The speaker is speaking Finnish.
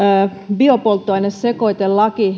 biopolttoainesekoitelaki